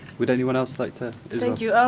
would anyone else like to thank you.